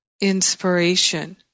inspiration